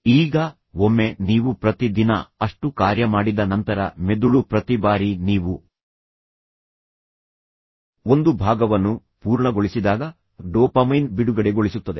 ಈಗ ಒಮ್ಮೆ ನೀವು ಪ್ರತಿ ದಿನ ಅಷ್ಟು ಕಾರ್ಯ ಮಾಡಿದ ನಂತರ ಮೆದುಳು ಪ್ರತಿ ಬಾರಿ ನೀವು ಒಂದು ಭಾಗವನ್ನು ಪೂರ್ಣಗೊಳಿಸಿದಾಗ ಡೋಪಮೈನ್ ಬಿಡುಗಡೆಗೊಳಿಸುತ್ತದೆ